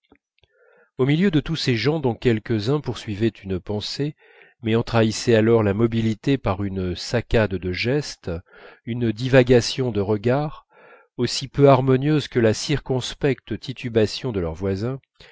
au milieu de tous ces gens dont quelques-uns poursuivaient une pensée mais en trahissaient alors la mobilité par une saccade de gestes une divagation de regards aussi peu harmonieuses que la circonspecte titubation de leurs voisins